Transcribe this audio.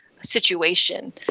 situation